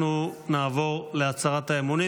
אנחנו נעבור להצהרת האמונים.